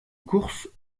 course